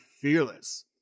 fearless